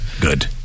good